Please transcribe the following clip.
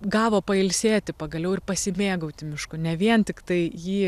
gavo pailsėti pagaliau ir pasimėgauti mišku ne vien tiktai jį